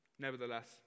Nevertheless